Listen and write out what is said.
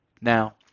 Now